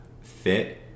fit